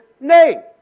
name